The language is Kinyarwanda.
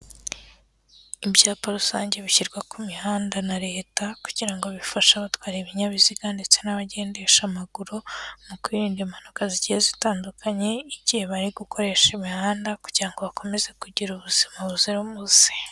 Ibyapa rusange bishyirwa ku mihanda na Leta kugirango bifashe abatwara ibinyabiziga ndetse n'abagendesha amaguru, mu kwirinda impanuka zigiye zitandukanye, igihe bari gukoresha imihanda kugira ngo bakomeze kugira ubuzima buzira umuze.